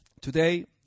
Today